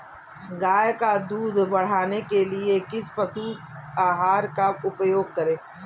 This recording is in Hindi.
गाय का दूध बढ़ाने के लिए किस पशु आहार का उपयोग करें?